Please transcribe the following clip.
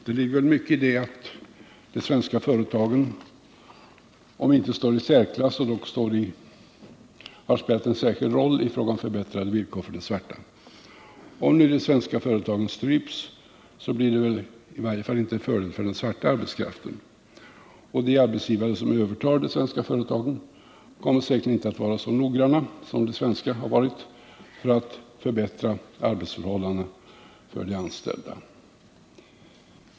Det ligger väl mycket i att de svenska företagen, om inte står i särklass så dock har spelat en särskild roll när det gäller att förbättra villkoren för de svarta. Om nu de svenska företagen stryps blir det i varje fall inte till fördel för den svarta arbetskraften. De arbetsgivare som övertar de svenska företagen kommer säkerligen inte att vara så noggranna som de svenska har varit med att förbättra arbetsförhållandena för de anställda.